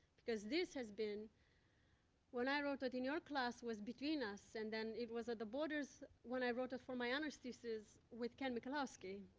because this has been what i wrote it in your class, it was between us, and then, it was at the borders when i wrote it for my honors thesis with ken mikolowski.